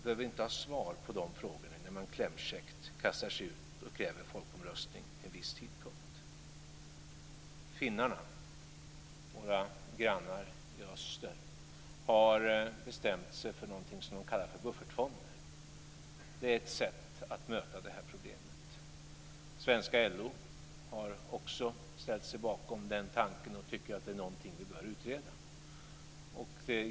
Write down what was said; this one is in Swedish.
Behöver man inte ha svar på de frågorna innan man klämkäckt kastar sig ut och kräver en folkomröstning vid en viss tidpunkt? Finnarna, våra grannar i öster, har bestämt sig för någonting som man kallar för buffertfonder. Det är ett sätt att möta det här problemet. Svenska LO har också ställt sig bakom den tanken och tycker att det är någonting vi bör utreda.